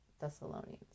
Thessalonians